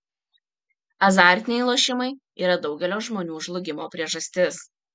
azartiniai lošimai yra daugelio žmonių žlugimo priežastis